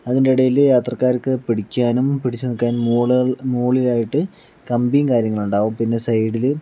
അതിൻ്റെ ഇടയിൽ യാത്രക്കാർക്ക് പിടിക്കാനും പിടിച്ച് നിൽക്കാനും മൂള മുകളിലായിട്ട് കമ്പി കാര്യങ്ങൾ ഉണ്ടാകും പിന്നെ സൈഡിൽ